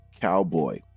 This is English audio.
Cowboy